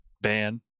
ban